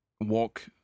walk